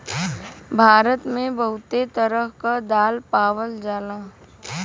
भारत मे बहुते तरह क दाल पावल जाला